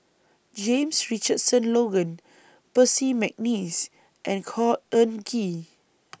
James Richardson Logan Percy Mcneice and Khor Ean Ghee